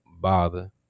bother